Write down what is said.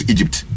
Egypt